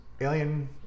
Alien